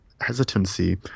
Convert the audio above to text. hesitancy